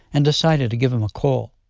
and decided to give him call.